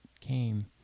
came